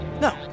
No